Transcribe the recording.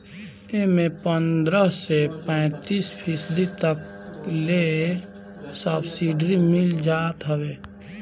एमे पन्द्रह से पैंतीस फीसदी तक ले सब्सिडी मिल जात हवे